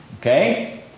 Okay